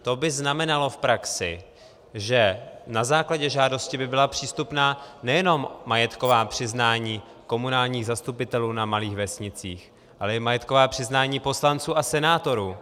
To by znamenalo v praxi, že na základě žádosti by byla přístupná nejenom majetková přiznání komunálních zastupitelů na malých vesnicích, ale i majetková přiznání poslanců a senátorů.